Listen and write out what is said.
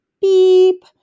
beep